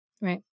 Right